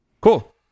Cool